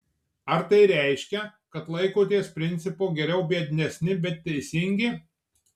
ar tai reiškia kad laikotės principo geriau biednesni bet teisingi